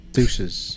Deuces